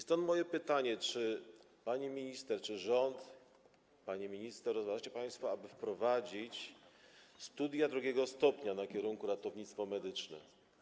Stąd moje pytanie: Pani minister, czy rząd, pani minister, czy rozważacie państwo, aby wprowadzić studia II stopnia na kierunku ratownictwo medyczne?